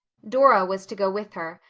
dora was to go with her,